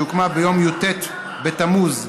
שהוקמה ביום י"ט בתמוז התשע"ו,